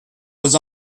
was